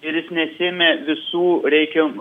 ir jis nesiėmė visų reikiam